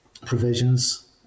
provisions